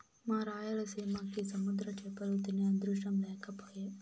మా రాయలసీమకి సముద్ర చేపలు తినే అదృష్టం లేకపాయె